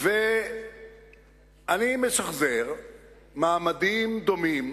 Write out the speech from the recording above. אני משחזר מעמדים דומים